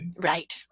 Right